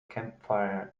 campfire